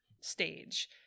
stage